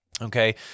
Okay